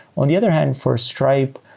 on the other hand, for stripe,